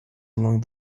along